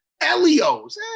elio's